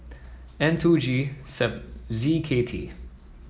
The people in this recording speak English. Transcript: N two G Z K T